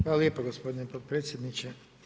Hvala lijepa gospodine potpredsjedniče.